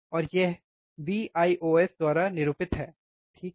और यह Vios द्वारा निरूपित है ठीक है